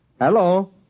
Hello